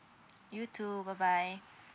you too bye bye